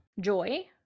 joy